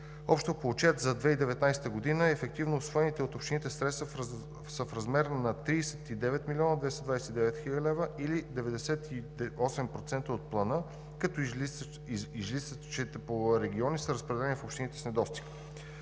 Общо по отчет за 2019 г. ефективно усвоените от общините средства са в размер на 39 млн. 229 хил. лв. или 98% от плана, като излишъците по региони са разпределени в общините с недостиг.